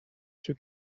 two